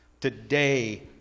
Today